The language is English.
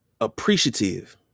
appreciative